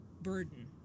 burden